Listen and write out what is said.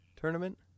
tournament